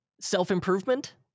self-improvement